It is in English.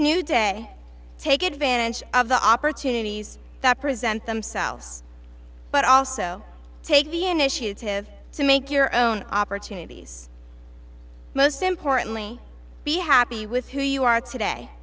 new day take advantage of the opportunities that present themselves but also take the initiative to make your own opportunities most importantly be happy with who you are today